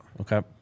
Okay